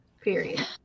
Period